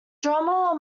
drummer